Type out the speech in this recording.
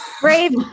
Brave